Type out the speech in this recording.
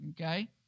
Okay